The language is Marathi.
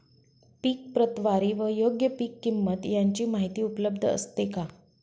पीक प्रतवारी व योग्य पीक किंमत यांची माहिती उपलब्ध असते का?